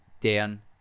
Dan